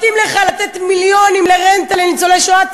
מתאים לך לתת מיליונים לרנטה לניצולי שואה?